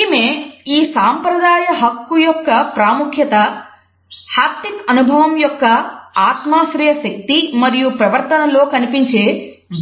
ఆమె "ఈ సాంప్రదాయ హక్కు యొక్క ప్రాముఖ్యత హాప్టిక్ అనుభవం యొక్క ఆత్మాశ్రయ శక్తి మరియు ప్రవర్తనలో కనిపించే